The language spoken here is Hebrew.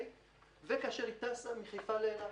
וכשהיא טסה מחיפה לאילת.